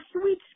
sweet